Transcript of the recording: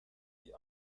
die